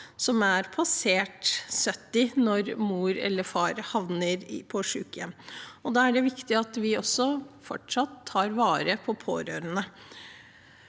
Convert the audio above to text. som er passert 70 år når mor eller far havner på sykehjem. Da er det viktig at vi fortsatt tar vare på de pårørende.